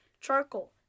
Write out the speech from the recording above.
charcoal